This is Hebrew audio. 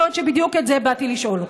בעוד שבדיוק את זה באתי לשאול אותך.